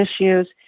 issues